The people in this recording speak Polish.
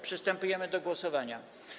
Przystępujemy do głosowania.